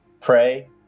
Pray